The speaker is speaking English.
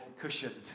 cushioned